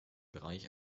bereich